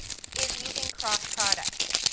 is using cross-products.